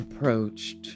approached